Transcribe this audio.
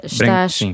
Estás